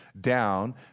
down